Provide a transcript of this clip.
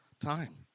time